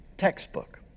textbook